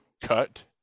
cut